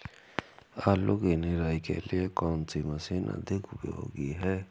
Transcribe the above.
आलू की निराई के लिए कौन सी मशीन अधिक उपयोगी है?